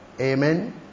Amen